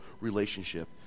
relationship